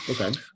Okay